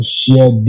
share